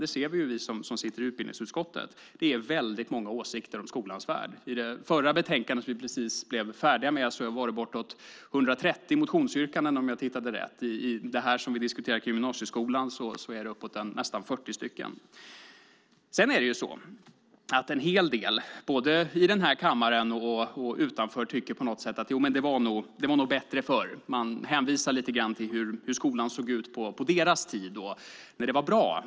Det ser vi som sitter i utbildningsutskottet. Det finns väldigt många åsikter om skolans värld. I det förra betänkandet, som vi precis blev färdiga med, var det bortåt 130 motionsyrkanden, om jag minns rätt. I det betänkande som vi nu diskuterar om gymnasieskolan är det nästan 40 stycken. En hel del både i denna kammare och utanför tycker på något sätt att det nog var bättre förr. De hänvisar lite grann till hur skolan såg ut på deras tid när det var bra.